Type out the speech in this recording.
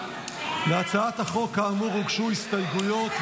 להצעת החוק כאמור הוגשו הסתייגויות,